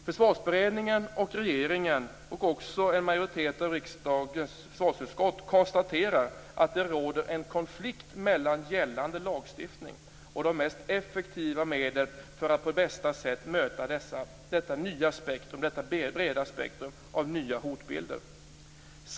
Försvarsberedningen, regeringen och majoriteten i riksdagens försvarsutskott konstaterar att det råder en konflikt mellan gällande lagstiftning och de mest effektiva medlen för att på bästa sätt möta detta breda spektrum av nya hotbilder.